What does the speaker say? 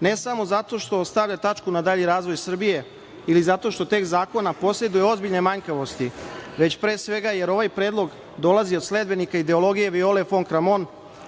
ne samo što stavlja tačku na dalji razvoj Srbije ili zato što tekst zakon poseduje ozbiljne manjkavosti, već pre svega jer ovaj predlog dolazi od sledbenika ideologije Viole fon Kramon,